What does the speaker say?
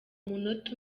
munota